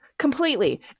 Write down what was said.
Completely